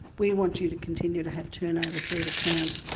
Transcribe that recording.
we want you to continue to have turnover through the account,